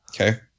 okay